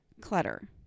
clutter